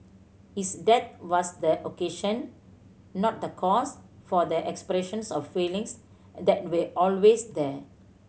his death was the occasion not the cause for the expressions of feelings that we always there